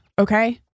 okay